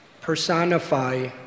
personify